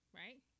right